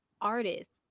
artists